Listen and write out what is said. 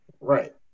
Right